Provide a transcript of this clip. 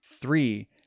Three